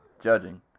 judging